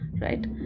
Right